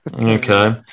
Okay